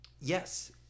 Yes